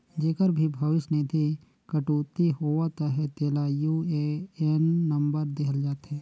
जेकर भी भविस निधि कटउती होवत अहे तेला यू.ए.एन नंबर देहल जाथे